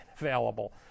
available